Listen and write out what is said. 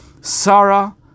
Sarah